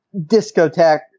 discotheque